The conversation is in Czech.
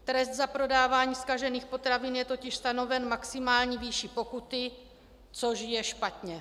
Trest za prodávání zkažených potravin je totiž stanoven maximální výší pokuty, což je špatně.